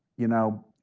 you know,